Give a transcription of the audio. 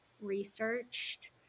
researched